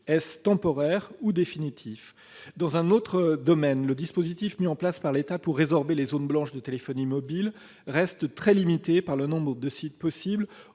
Est-ce temporaire ou définitif ? Dans un autre domaine, le dispositif mis en place par l'État pour résorber les zones blanches de téléphonie mobile reste très limité par le nombre de sites possibles